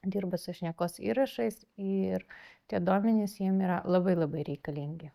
dirba su šnekos įrašais ir tie duomenys jiem yra labai labai reikalingi